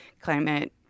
climate